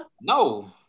No